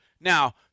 Now